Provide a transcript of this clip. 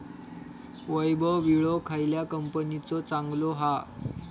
वैभव विळो खयल्या कंपनीचो चांगलो हा?